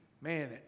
man